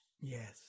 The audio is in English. yes